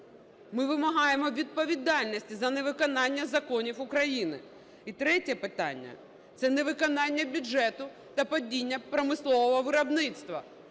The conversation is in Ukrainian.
Ми вимагаємо відповідальності за невиконання законів України. І третє питання – це невиконання бюджету та падіння промислового виробництва.